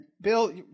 Bill